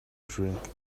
drink